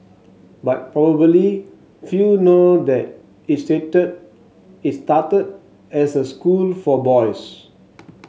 but probably few know that it stated it started as a school for boys